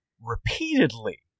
repeatedly